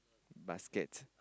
basket